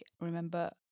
remember